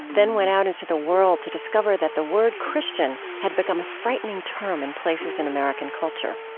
then went out into the world to discover that the word christian had become a frightening term in places in american culture.